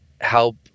help